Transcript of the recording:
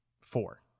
four